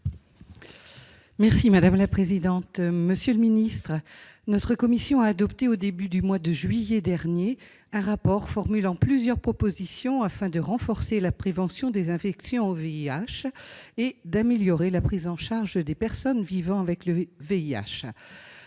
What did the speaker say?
Mme Chantal Deseyne. Monsieur le secrétaire d'État, notre commission a adopté au début du mois de juillet dernier un rapport formulant plusieurs propositions en vue de renforcer la prévention des infections par le VIH et d'améliorer la prise en charge des personnes vivant avec ce